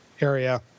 area